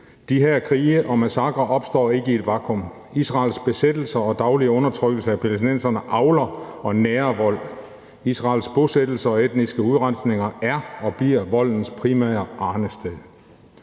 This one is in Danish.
De her krige og massakrer opstår ikke i et vakuum. Israels besættelse og daglige undertrykkelse af palæstinenserne avler og nærer vold. Israels bosættelser og etniske udrensninger er og bliver voldens primære arnested.